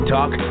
Talk